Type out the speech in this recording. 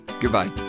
Goodbye